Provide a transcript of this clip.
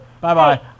Bye-bye